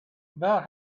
about